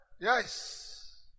Yes